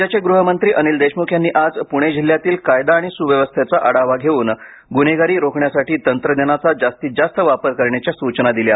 राज्याचे ग्रहमंत्री अनिल देशमुख यांनी आज पुणे जिल्ह्यातील कायदा आणि सुव्यवस्थेचा आढावा घेऊन गुन्हेगारी रोखण्यासाठी तंत्रज्ञानाचा जास्तीत जास्त वापर करण्याच्या सूचना दिल्या